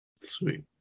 sweet